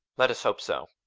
let us hope so.